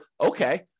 okay